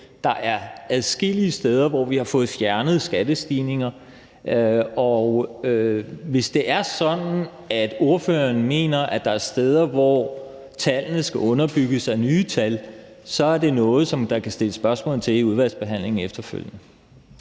der er adskillige steder, hvor vi har fået fjernet skattestigninger. Hvis det er sådan, at ordføreren mener, at der er steder, hvor tallene skal underbygges af nye tal, er det noget, der kan stilles spørgsmål til i udvalgsbehandlingen efterfølgende.